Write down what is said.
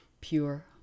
pure